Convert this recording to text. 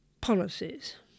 policies